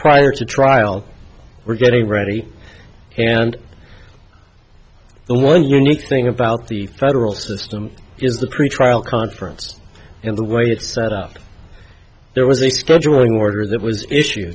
prior to trial were getting ready and the one unique thing about the federal system is the pretrial conference and the way it's set up there was a scheduling order that was issue